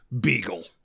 beagle